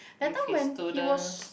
that time when he was